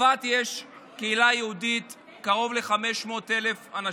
בצרפת יש קהילה יהודית, קרוב ל-500,000 אנשים,